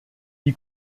die